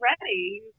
ready